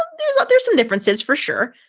there's but there's some differences, for sure.